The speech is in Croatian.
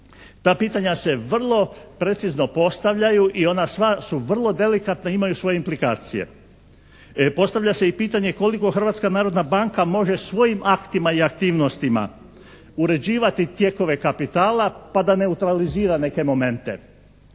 ta pitanja se vrlo precizno postavljaju i ona sva su vrlo delikatna i imaju svoje implikacije. Postavlja se i pitanje koliko Hrvatska narodna banka može svojim aktima i aktivnostima uređivati tijekove kapitala pa da neutralizira neke momente.